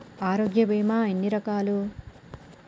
ఆరోగ్య బీమా ఎన్ని రకాలు?